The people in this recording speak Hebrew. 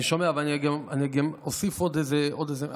אני שומע, ואני אוסיף עוד איזו הערה.